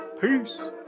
Peace